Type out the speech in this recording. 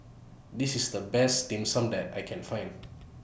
This IS The Best Dim Sum that I Can Find